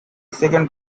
second